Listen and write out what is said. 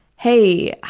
hey,